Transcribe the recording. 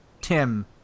Tim